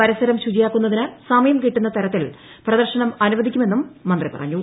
പരിസരം ശുചിയാക്കുന്നതിന് സമയം കിട്ടുന്നതരത്തിൽ പ്രദർശനം അനുവദിക്കുമെന്നും മന്ത്രി പറഞ്ഞു